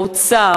האוצר,